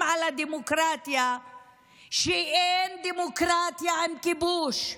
על הדמוקרטיה שאין דמוקרטיה עם כיבוש?